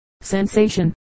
sensation